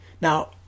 Now